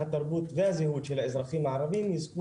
התרבות והזהות של האזרחים הערבים יזכו